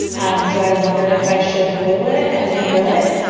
um so i wondered if i should boil it and then grill it,